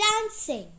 Dancing